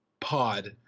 pod